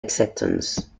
acceptance